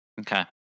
Okay